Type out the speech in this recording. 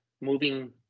moving